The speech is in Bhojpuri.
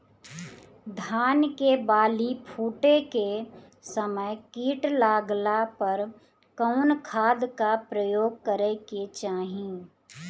धान के बाली फूटे के समय कीट लागला पर कउन खाद क प्रयोग करे के चाही?